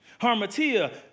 Harmatia